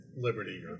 Liberty